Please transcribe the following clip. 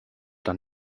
dann